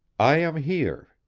i am here.